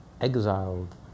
exiled